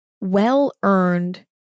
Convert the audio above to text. well-earned